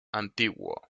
antiguo